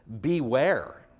beware